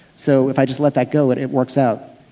so if i just let that go, it it works out.